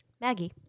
Maggie